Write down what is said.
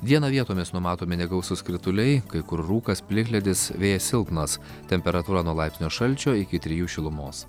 dieną vietomis numatomi negausūs krituliai kai kur rūkas plikledis vėjas silpnas temperatūra nuo laipsnio šalčio iki trijų šilumos